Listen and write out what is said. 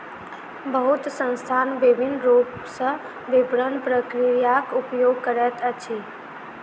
बहुत संस्थान विभिन्न रूप सॅ विपरण प्रक्रियाक उपयोग करैत अछि